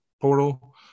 portal